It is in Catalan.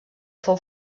fou